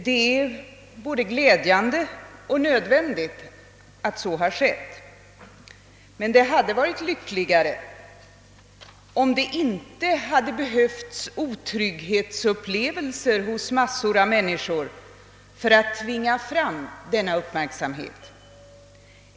Det är både glädjande och nödvändigt att så har skett, men det hade varit lyckligare om det inte hade behövts otrygghetsupplevelser hos massor av människor för att tvinga fram denna uppmärksamhet.